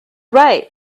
right